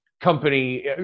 company